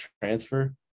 transfer